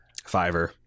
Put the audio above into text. Fiverr